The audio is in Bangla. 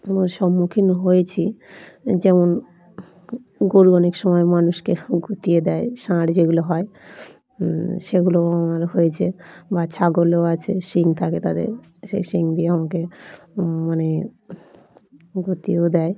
আমিও সম্মুখীন হয়েছি যেমন গরু অনেক সময় মানুষকে গুঁতিয়ে দেয় ষাঁড় যেগুলো হয় সেগুলোও আমার হয়েছে বা ছাগলও আছে শিং থাকে তাদের সেই শিং দিয়ে আমাকে মানে গুঁতিয়েও দেয়